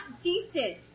decent